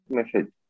message